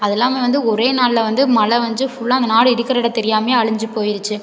அது இல்லாமல் வந்து ஒரே நாளில் வந்து மழை வந்துச்சு ஃபுல்லா அந்த நாடு இருக்கிற இடம் தெரியாமலேயே அழிஞ்சு போயிருச்சு